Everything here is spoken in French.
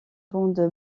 bande